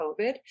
COVID